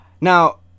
Now